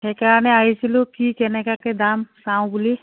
সেইকাৰণে আহিছিলোঁ কি কেনেকুৱাকৈ দাম চাওঁ বুলি